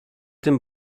tym